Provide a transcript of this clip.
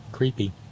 Creepy